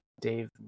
dave